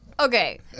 Okay